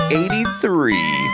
eighty-three